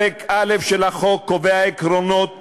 קובע עקרונות